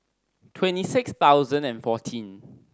twenty six thousand and fourteen